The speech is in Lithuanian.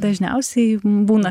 dažniausiai būna